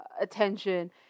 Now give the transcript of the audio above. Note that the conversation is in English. attention